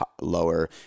lower